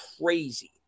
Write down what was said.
crazy